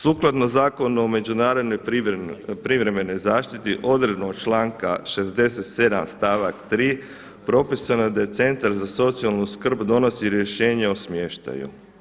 Sukladno Zakonu o međunarodnoj privremenoj zaštiti odredbom članka 67. stavak 3. propisano je da Centar za socijalnu skrb donosi rješenje o smještaju.